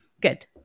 Good